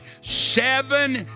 seven